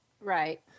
Right